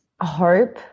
hope